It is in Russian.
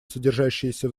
содержащиеся